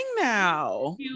now